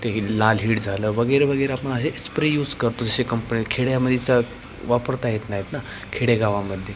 ते हि लाल हीड झालं वगैरे वगैरे आपण असे स्प्रे यूज करतो जसे कंपनी खेड्यामध्ये चा च् वापरता येत नाहीत नं खेडेगावामध्ये